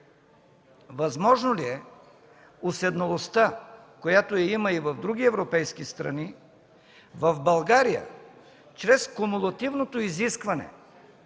възможно ли е уседналостта, която я има и в други европейски страни, в България чрез кумулативното изискване